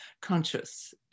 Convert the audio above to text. conscious